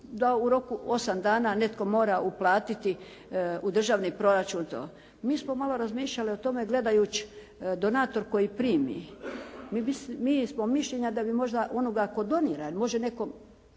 da u roku od 8 dana netko mora uplatiti u državni proračun i to. Mi smo malo razmišljali o tome gledajući donator koji primi, mi smo mišljenja da bi možda onoga tko donira i može netko